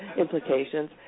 implications